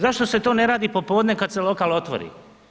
Zašto se to ne radi popodne kad se lokal otvori?